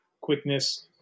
quickness